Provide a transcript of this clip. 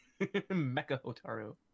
Mecha-Hotaru